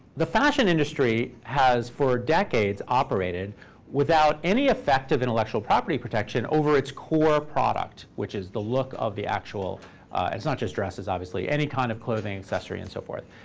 the fashion industry has for decades operated without any effective intellectual property protection over its core product, which is the look of the actual and it's not just dresses, obviously. any kind of clothing, accessory, and so forth,